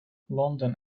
london